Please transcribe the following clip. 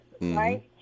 right